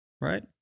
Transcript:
right